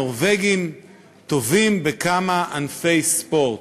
הנורבגים טובים בכמה ענפי ספורט.